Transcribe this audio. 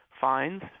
fines